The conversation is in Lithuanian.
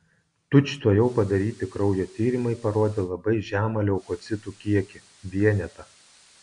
tučtuojau padaryti kraujo tyrimai parodė labai žemą leukocitų kiekį vienetą